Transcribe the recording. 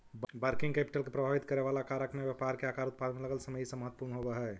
working capital के प्रभावित करेवाला कारक में व्यापार के आकार, उत्पादन में लगल समय इ सब महत्वपूर्ण होव हई